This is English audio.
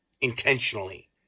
Intentionally